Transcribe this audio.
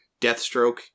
Deathstroke